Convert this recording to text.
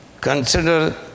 Consider